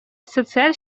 социаль